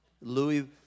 Louis